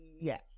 Yes